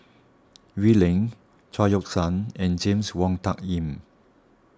Wee Lin Chao Yoke San and James Wong Tuck Yim